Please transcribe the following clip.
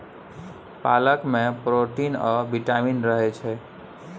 पालक मे प्रोटीन आ बिटामिन रहय छै